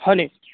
হয়নি